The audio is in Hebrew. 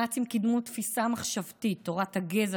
הנאצים קידמו תפיסה מחשבתית: תורת הגזע,